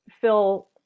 Phil